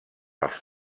als